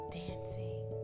dancing